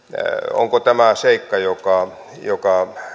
onko tämä seikka joka joka